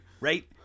Right